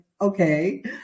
okay